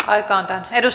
arvoisa puhemies